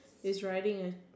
is riding a